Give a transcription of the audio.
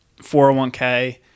401k